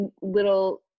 little